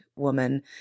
woman